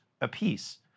apiece